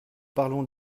parlons